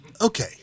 okay